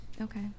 okay